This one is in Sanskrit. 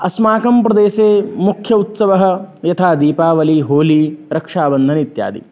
अस्माकं प्रदेशे मुख्य उत्सवः यथा दीपावलिः होलि रक्षाबन्धनम् इत्यादि